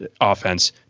offense